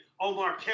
Omar